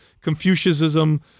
Confucianism